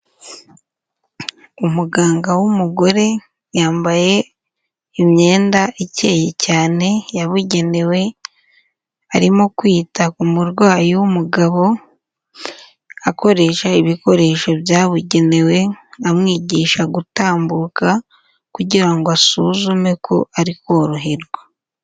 Umuganga w'umugore yambaye imyenda ikeye cyane yabugenewe, arimo kwita ku murwayi w'umugabo akoresha ibikoresho byabugenewe, amwigisha gutambuka kugira ngo asuzume ko ari koroherwa.